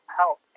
help